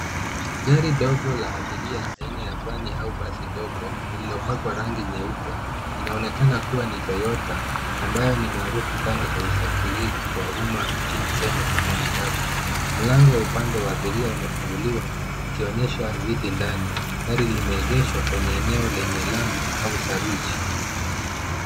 Gari dogo la abiria aina ya vani au basi ndogo lililopakwa rangi nyeupe. Inaonekana kuwa ni toyota ambayo ni maarufu sana katika usafiri wa umma nchini Kenya kama matatu. Mlango wa upande wa abiria umefunguliwa ukionyesha viti ndani. Gari limeegeshwa kwenye eneo lenye lami au saruji.